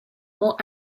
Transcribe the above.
more